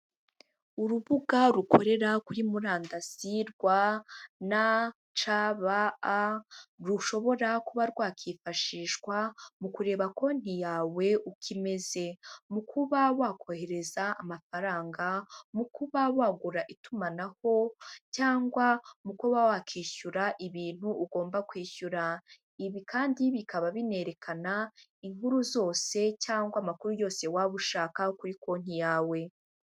Urubuga rukorera kuri murandasi rwa na NCBA, rushobora kuba rwakwifashishwa mu kureba konti yawe ukimeze, mu kuba wakohereza amafaranga, mu kuba wagura itumanaho cyangwa mu kuba wakwishyura ibintu ugomba kwishyura. Ibi kandi bikaba binerekana, inkuru zose cyangwa amakuru yose waba ushaka kuri konti yawe.